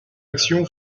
action